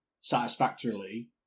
satisfactorily